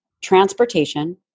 transportation